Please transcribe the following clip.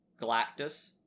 Galactus